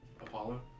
Apollo